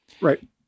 right